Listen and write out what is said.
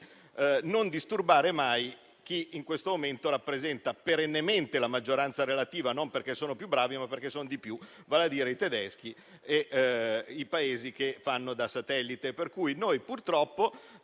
non disturbare mai chi rappresenta in questo momento, ma perennemente, la maggioranza relativa, non perché sono più bravi, ma perché sono di più, vale a dire i tedeschi e i Paesi che fanno loro da satellite. Per cui noi, purtroppo,